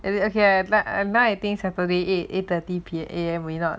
ok okay like now I think saturday eight eight thirty P_A_M may not